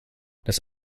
das